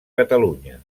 catalunya